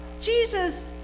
Jesus